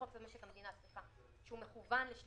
בחוק יסוד: משק המדינה, סליחה שהוא מכוון לשנת